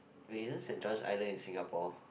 wait isn't Saint-John's Island in Singapore